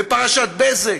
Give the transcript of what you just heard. בפרשת בזק,